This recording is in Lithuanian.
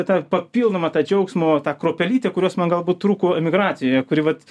tą papildomą tą džiaugsmo tą kruopelytę kurios man galbūt trūko emigracijoje kuri vat